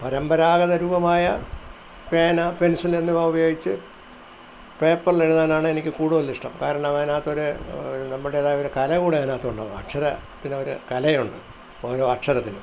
പരമ്പരാഗത രൂപമായ പേന പെൻസിലെന്നിവ ഉപയോഗിച്ച് പേപ്പറിലെഴുതാനാണെനിക്കു കൂടുതലിഷ്ടം കാരണം അതിനകത്തൊരു നമ്മുടേതായ ഒരു കലകൂടതിനകത്തുണ്ടാകും അക്ഷരത്തിനൊരു കലയുണ്ട് ഓരോ അക്ഷരത്തിനും